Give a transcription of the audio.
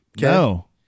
No